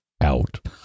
out